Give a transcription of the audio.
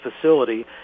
facility